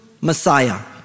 Messiah